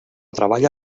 treballa